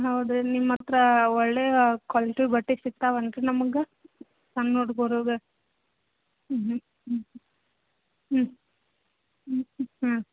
ಹೌದಾ ರಿ ನಿಮ್ಮ ಹತ್ರ ಒಳ್ಳೆಯ ಕ್ವಾಲಿಟಿ್ ಬಟ್ಟೆ ಸಿಗ್ತವೆ ಅನ್ರಿ ನಮ್ಗೆ ಸಣ್ಣ ಹುಡ್ಗುರುಗ ಹ್ಞೂ ಹ್ಞೂ ಹ್ಞೂ ಹ್ಞೂ ಹ್ಞೂ ಹ್ಞೂ